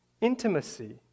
intimacy